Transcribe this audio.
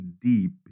deep